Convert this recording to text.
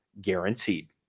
guaranteed